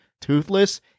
toothless